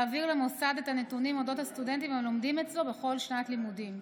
להעביר למוסד את הנתונים על הסטודנטים הלומדים אצלו בכל שנת לימודים.